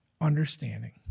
understanding